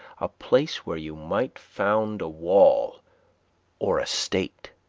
a place where you might found a wall or a state,